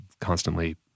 constantly